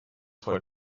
for